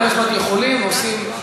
בתי-המשפט יכולים ועושים,